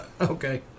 Okay